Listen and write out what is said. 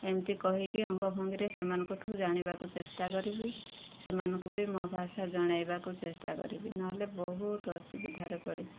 ଏମିତି କହିକି ଅଙ୍ଗ ଭଙ୍ଗୀରେ ସେମାନଙ୍କଠୁ ଜାଣିବାକୁ ଚେଷ୍ଟା କରିବି ସେମାନଙ୍କୁ ବି ମୋ ଭାଷା ଜଣାଇବାକୁ ଚେଷ୍ଟା କରିବି ନହେଲେ ବହୁତ ଅସୁବିଧାରେ ପଡ଼ିବି